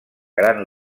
gran